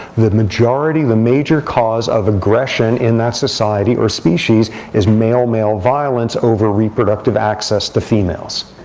the majority, the major cause of aggression in that society or species is male male violence over reproductive access to females.